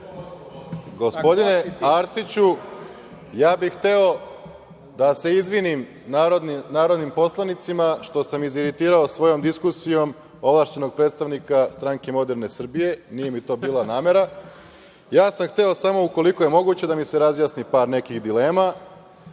Gospodine Arsiću, ja bih hteo da se izvinim narodnim poslanicima što sam iziritirao svojom diskusijom ovlašćenog predstavnika SMS. Nije mi to bila namera. Hteo sam samo, ukoliko je moguće da mi se razjasni par nekih dilema. Da